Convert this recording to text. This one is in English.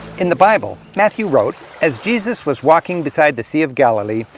in the bible, matthew wrote, as jesus was walking beside the sea of galilee,